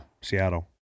Seattle